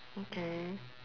okay